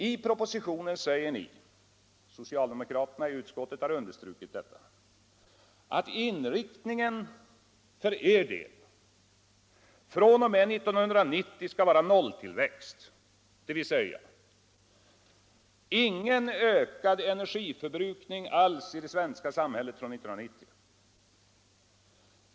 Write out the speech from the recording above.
I propositionen säger ni — och socialdemokraterna i utskottet har understrukit detta — att inriktningen för er del fr.o.m. år 1990 skall vara en nolltillväxt, dvs. ingen ökad energiförbrukning alls i det svenska samhället fr.o.m. år 1990.